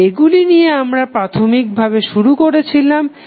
তো এগুলি নিয়ে আমরা প্রাথমিক ভাবে শুরু করেছিলাম